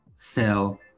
sell